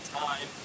time